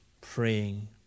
Praying